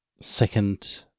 second